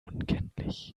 unkenntlich